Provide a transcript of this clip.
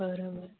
बरं बरं